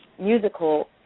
musical